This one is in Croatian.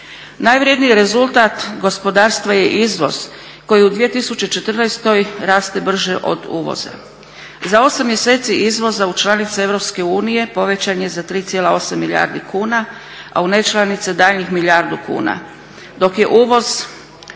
Najvredniji rezultat gospodarstva je izvoz koji u 2014.raste brže od uvoza. Za 8 mjeseci izvoza u članice EU povećan je za 3,8 milijardi kuna, a u ne članice daljnjih milijardu kuna, dok je uvoz